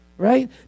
right